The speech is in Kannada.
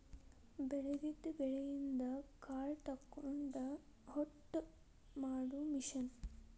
ಬೆಳದಿದ ಬೆಳಿಯಿಂದ ಕಾಳ ತಕ್ಕೊಂಡ ಹೊಟ್ಟ ಮಾಡು ಮಿಷನ್